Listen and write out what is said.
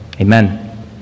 Amen